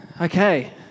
Okay